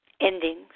Endings